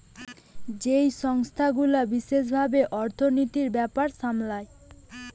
যেই সংস্থা গুলা বিশেষ ভাবে অর্থনীতির ব্যাপার সামলায়